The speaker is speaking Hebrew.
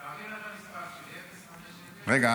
תעביר לה את המספר שלי: 050 --- מה,